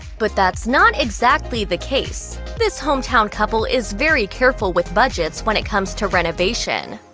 but that's not exactly the case. this home town couple is very careful with budgets when it comes to renovation.